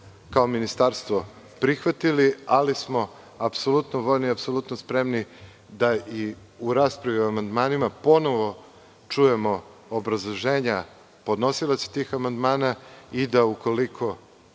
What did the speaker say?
kao ministarstvo prihvatili, ali smo apsolutno voljni, apsolutno spremni da i u raspravi o amandmanima ponovo čujemo obrazloženja podnosilaca tih amandmana. Ukoliko